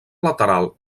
lateral